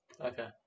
Okay